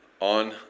On